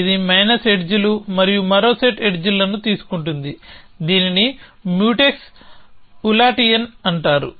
ఇది minus edge లు మరియు మరో సెట్ ఎడ్జ్ లను తీసుకుంటుంది దీనిని మ్యూటెక్స్ ఉలాటియన్ అంటారు